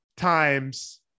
Times